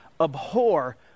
abhor